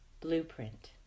blueprint